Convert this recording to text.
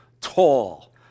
Tall